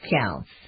counts